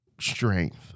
strength